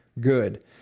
good